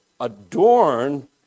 adorn